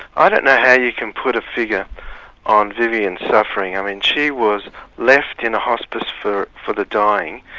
i don't know how you can put a figure on vivian's suffering. i mean she was left in a hospice for for the dying,